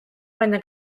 baina